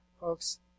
folks